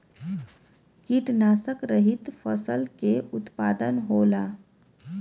कीटनाशक रहित फसल के उत्पादन होला